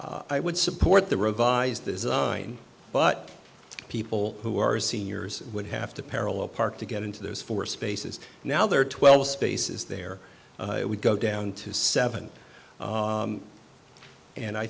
i would support the revised design but people who are seniors would have to parallel park to get into those four spaces now there are twelve spaces there we go down to seven and i